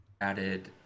added